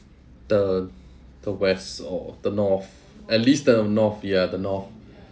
the the west or the north at least the north ya the north